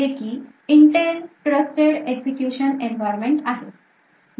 जे की Intel Trusted Execution Environment आहे